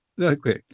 okay